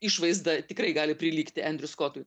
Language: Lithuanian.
išvaizda tikrai gali prilygti endriu skotui